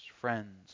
friends